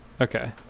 Okay